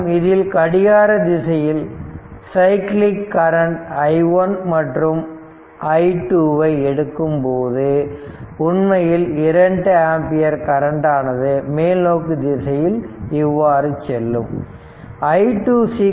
மற்றும் இதில் கடிகார திசையில் சைக்கிளிக் கரண்ட் i1 மற்றும் மற்றும் i2 ஐ எடுக்கும்போது உண்மையில் 2 ஆம்பியர் கரண்ட் ஆனது மேல்நோக்கு திசையில் இவ்வாறு செல்லும்